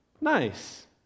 nice